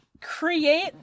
create